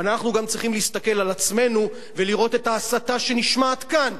אבל אנחנו גם צריכים להסתכל על עצמנו ולראות את ההסתה שנשמעת כאן.